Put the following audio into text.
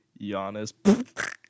Giannis